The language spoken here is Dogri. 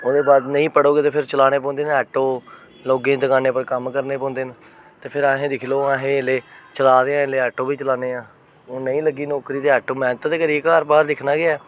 ओह्दे बाद नेईं पढ़ो गे ते फिर चलाने पोंदे न आटो लोकें दी दकानें उप्पर कम्म करने पौंदे न ते फिर असेंगी दिक्खी लैओ अहें इसलै चला दे आं ऐल्लै आटो बी चलान्ने हून नेईं लग्गी नौकरी ते आटो मेह्नत ते करियै घर बाह्र दिक्खना गै ऐ